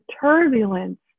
turbulence